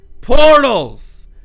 portals